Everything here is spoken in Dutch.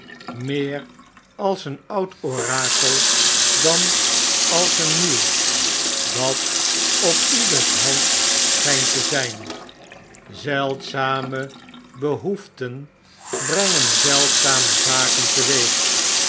meer als een oud orakel dan als een hieuw dat op ieders hand schynt te zjn zeldzame behoeften brengen zeldzame zaken